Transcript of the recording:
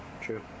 True